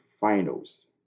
finals